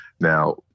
Now